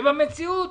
ובמציאות